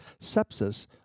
sepsis